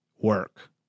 work